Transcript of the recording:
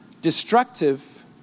destructive